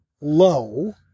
low